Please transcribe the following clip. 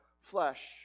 flesh